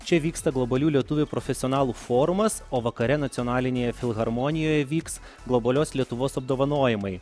čia vyksta globalių lietuvių profesionalų forumas o vakare nacionalinėje filharmonijoj vyks globalios lietuvos apdovanojimai